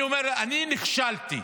אני נכשלתי.